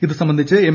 ഇതു സംബന്ധിച്ചു എം